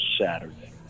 Saturday